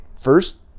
first